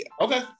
Okay